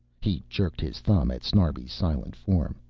he jerked his thumb at snarbi's silent form.